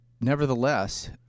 nevertheless